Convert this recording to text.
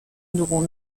dugun